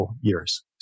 years